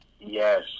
Yes